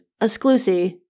exclusive